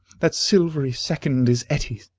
that silvery second is etty's.